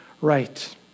right